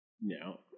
No